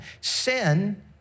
sin